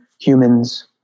humans